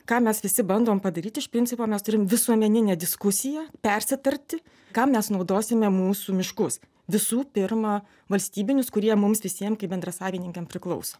ką mes visi bandom padaryti iš principo mes turim visuomeninę diskusiją persitarti kam mes naudosime mūsų miškus visų pirma valstybinius kurie mums visiem kaip bendrasavininkam priklauso